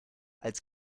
als